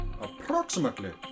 approximately